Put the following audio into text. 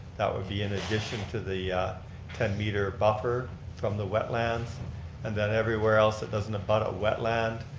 that would be in addition to the ten meter buffer from the wetlands and then everywhere else, it doesn't abut a wetland.